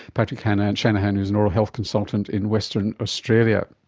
patrick and and shanahan is an oral health consultant in western australia.